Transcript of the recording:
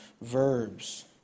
verbs